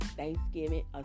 Thanksgiving